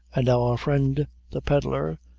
and our friend the pedlar,